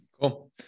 Cool